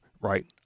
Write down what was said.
right